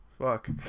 fuck